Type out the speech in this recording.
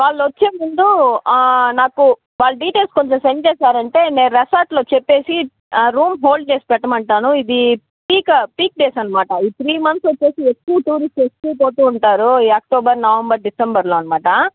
వాళ్ళు వచ్చే ముందు నాకు వాళ్ళ డీటైల్స్ కొంచెం సెండ్ చేసారంటే నేను రెసార్ట్లో చెప్పేసి రూమ్ హోల్డ్ చేసి పెట్టమంటాను ఇది పీకా పీక్ డేస్ అనమాట ఈ త్రీ మంత్స్ వచ్చేసి ఎక్కువ టూరిస్టులు వచ్చి పోతూ ఉంటారు ఈ అక్టోబర్ నవంబర్ డిసెంబర్లో అనమాట